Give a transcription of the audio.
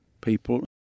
people